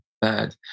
bad